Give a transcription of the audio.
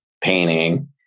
painting